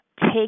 take